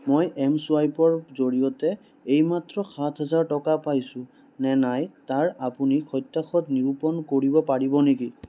মোৰ এম চুৱাইপৰ জৰিয়তে এইমাত্ৰ সাত হেজাৰ টকা পাইছোনে নাই তাৰ আপুনি সত্যাসত্য নিৰূপণ কৰিব পাৰিব নেকি